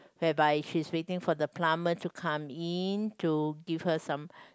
whereby she's waiting for the plumber to come in to give her some